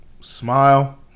smile